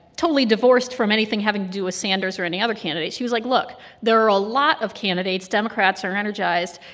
totally divorced from anything having to do with sanders or any other candidate. she was like, look there are a lot of candidates. democrats are energized.